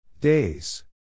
Days